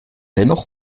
dennoch